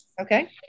Okay